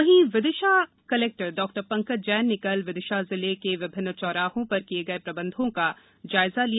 वहीं Vidisha collector Dr Pankaj Jain ने कल विदिशा जिले के विभिन्न चौराहों पर किए गए प्रबंधों का जायजा लिया